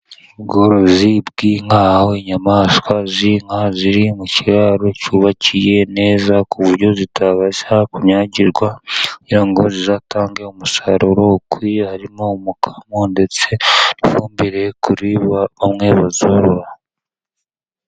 Ubworozi bw' inka, aho inyamaswa z' inka ziri mu kiraro, cyubakiye neza ku buryo zitabasha kunyagirwa. Kugira ngo zizatange ukwiye, harimo umukamo ndetse n' ifumbire ku mworozi.